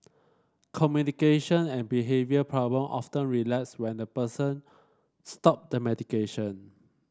communication and behavioural problem often relapse when the person stop the medication